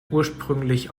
ursprünglich